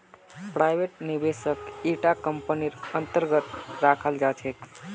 private निवेशकक इटा कम्पनीर अन्तर्गत रखाल जा छेक